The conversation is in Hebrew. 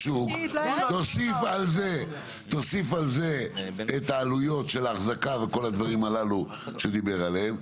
תוסיף על זה את עלויות האחזקה וכל העלויות הללו שדיבר עליהם.